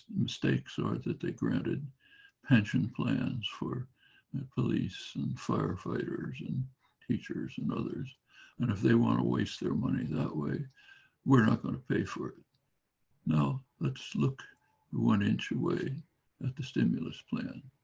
mistakes are that they granted pension plans for police and firefighters and teachers and others and if they want to waste their money that way we're not going to pay for it now let's look one inch away at the stimulus plan.